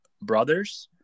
brothers –